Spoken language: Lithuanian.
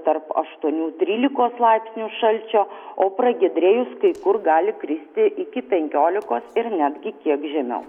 tarp aštuonių trylikos laipsnių šalčio o pragiedrėjus kai kur gali kristi iki penkiolikos ir netgi kiek žemiau